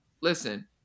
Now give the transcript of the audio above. listen